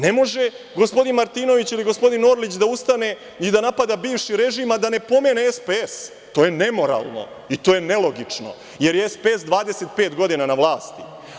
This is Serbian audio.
Ne može gospodin Martinović ili gospodin Orlić da ustane i da napada bivši režim, a da ne pomene SPS, to je nemoralno i to je nelogično, jer je SPS 25 godina na vlasti.